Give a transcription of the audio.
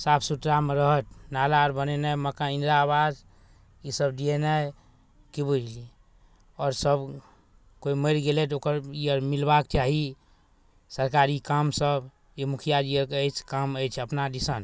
साफ सुथरामे रहल नाला आओर बनेनाइ मकान इन्दिरा आवास ईसब दिएनाइ कि बुझलिए आओर सब कोइ मरि गेलै तऽ ओकर ई आओर मिलबाके चाही सरकारी कामसब ई मुखिआजी आओरके अछि काम अछि अपना दिस